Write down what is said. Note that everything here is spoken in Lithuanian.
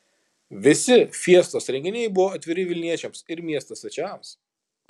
visi fiestos renginiai buvo atviri vilniečiams ir miesto svečiams